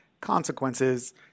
consequences